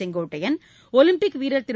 செங்கோட்டையள் Olympic வீரர் திரு